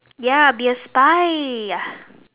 ya be a spy